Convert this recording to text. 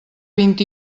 vint